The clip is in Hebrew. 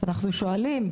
אנחנו כן שואלים,